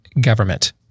government